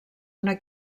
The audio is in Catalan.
una